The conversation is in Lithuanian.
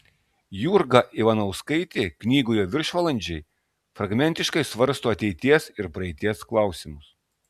jurga ivanauskaitė knygoje viršvalandžiai fragmentiškai svarsto ateities ir praeities klausimus